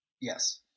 Yes